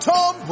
Tom